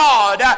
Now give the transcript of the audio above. God